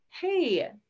hey